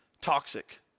toxic